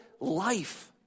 life